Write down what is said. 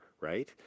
right